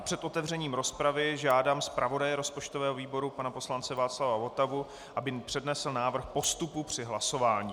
Před otevřením rozpravy žádám zpravodaje rozpočtového výboru pana poslance Václava Votavu, aby přednesl návrh postupu při hlasování.